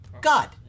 God